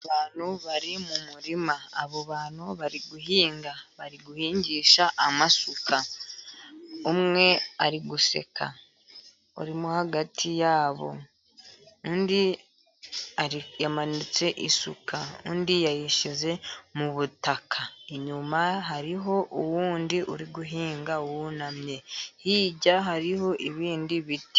Abantu bari mu murima. Abo bantu bari guhinga, bari guhingisha amasuka. Umwe ari guseka urimo hagati yabo. Undi yamanitse isuka, undi yayishyize mu butaka. Inyuma hariho uwundi uri guhinga wunamye, hirya hariho ibindi biti.